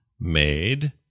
made